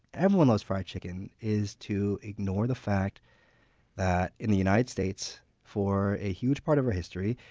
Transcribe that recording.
everyone loves fried chicken is to ignore the fact that in the united states, for a huge part of our history,